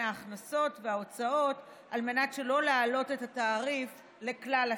ההכנסות להוצאות על מנת שלא להעלות את התעריף לכלל הציבור.